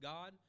God